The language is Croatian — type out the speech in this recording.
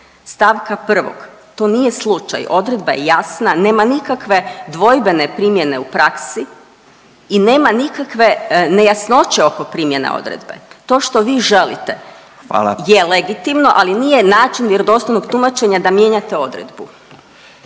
stavka 1. to nije slučaj. Odredba je jasna, nema nikakve dvojbene primjene u praksi i nema nikakve nejasnoće oko primjene odredbe. To što vi želite … …/Upadica Radin: Hvala./… … je legitimno, ali nije način vjerodostojnog tumačenja da mijenjate odredbu.